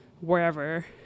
wherever